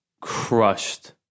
crushed